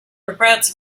regrets